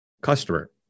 customer